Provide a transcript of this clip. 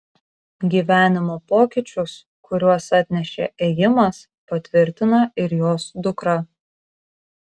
gyvenimo pokyčius kuriuos atnešė ėjimas patvirtina ir jos dukra